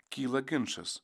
kyla ginčas